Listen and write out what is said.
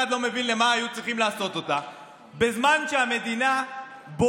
לא מבין למה היו צריכים לעשות אותה בזמן שהמדינה בוערת,